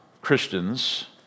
Christians